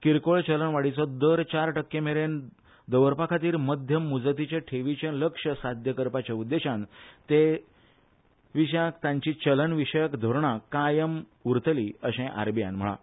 किरकोळ चलनवाडीचो दर चार टक्के मेरेन दवरपा खातीर मध्यम मुजतीचे ठेवीचे लक्ष्य साद्य करपाच्या उद्देशान ते दिल्या तांची चलन विशयत धोरणां कायम उरतली अशें आरबीआयन म्हळां